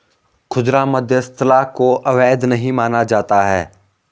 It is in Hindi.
खुदरा मध्यस्थता को अवैध नहीं माना जाता है